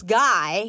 guy